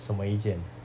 什么意见